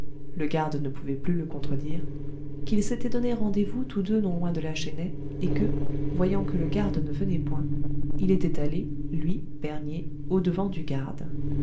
le contredire qu'ils s'étaient donné rendezvous tous deux non loin de la chênaie et que voyant que le garde ne venait point il était allé lui bernier au-devant du garde